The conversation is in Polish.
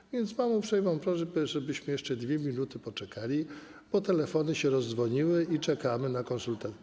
Mam więc uprzejmą prośbę, żebyśmy jeszcze 2 minuty poczekali, bo telefony się rozdzwoniły i czekamy na konsultację.